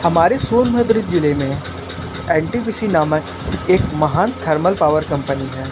हमारे सोनभद्र ज़िले में एनटीपीसी नामक एक महान थर्मल पावर कंपनी है